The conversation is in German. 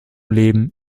leben